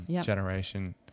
generation